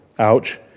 ouch